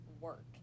work